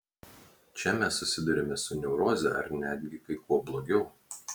čia mes susiduriame su neuroze ar netgi kai kuo blogiau